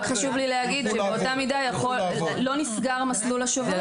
רק חשוב לי לומר שלא נסגר מסלול השוברים.